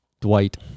Dwight